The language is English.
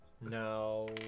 No